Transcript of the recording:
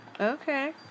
Okay